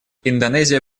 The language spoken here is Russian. индонезия